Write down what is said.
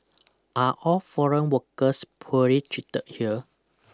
are all foreign workers poorly treated here